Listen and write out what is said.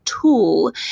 tool